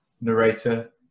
narrator